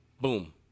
Boom